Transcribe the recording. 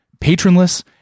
patronless